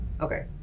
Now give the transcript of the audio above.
Okay